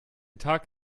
tag